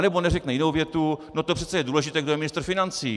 Nebo neřekne jinou větu: No to přece je důležité, kdo je ministr financí.